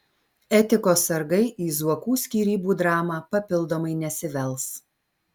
etikos sargai į zuokų skyrybų dramą papildomai nesivels